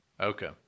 Okay